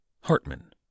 Hartman